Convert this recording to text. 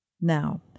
Now